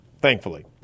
thankfully